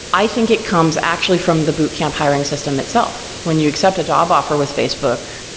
i think it comes actually from the boot camp hiring system itself. when you accept a job offer with facebook,